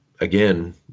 again